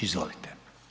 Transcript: Izvolite.